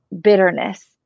bitterness